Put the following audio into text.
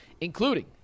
including